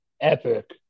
Epic